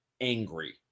angry